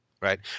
Right